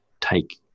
take